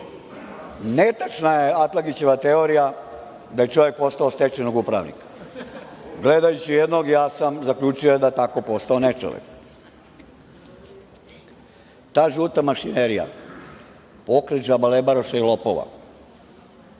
Netačna je Atlagićeva teorija da je čovek postao od stečajnog upravnika. Gledajući jednog ja sam zaključio da je tako postao nečovek. Ta žuta mašinerija, pokret džabalebaroša i lopova